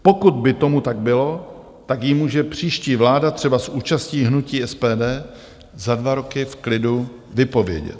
Pokud by tomu tak bylo, tak ji může příští vláda třeba s účastí hnutí SPD za dva roky v klidu vypovědět.